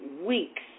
weeks